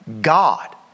God